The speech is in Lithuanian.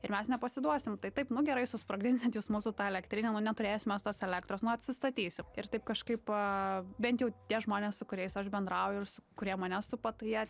ir mes nepasiduosim tai taip nu gerai susprogdinsit jūs mūsų tą elektrinę nu neturėsim mes tos elektros nu atsistatysim ir taip kažkaip bent jau tie žmonės su kuriais aš bendrauju ir su kurie mane supa tai jie